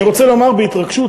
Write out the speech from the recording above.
אני רוצה לומר בהתרגשות,